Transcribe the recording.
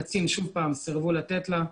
הקצין, שוב סירבו לתת לה.